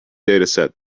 dataset